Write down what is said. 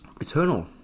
Eternal